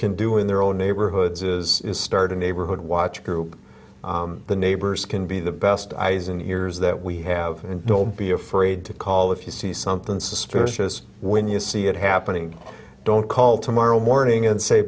can do in their own neighborhoods is start a neighborhood watch group the neighbors can be the best eyes and ears that we have and will be afraid to call if you see something suspicious when you see it happening don't call tomorrow morning and say